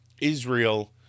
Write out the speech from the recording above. Israel